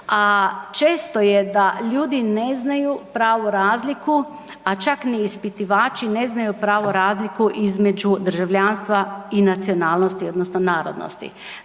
često je da ljudi ne znaju pravu razliku, a čak ni ispitivači ne znaju pravu razliku između državljanstva i nacionalnosti odnosno narodnosti.